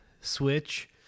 Switch